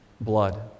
blood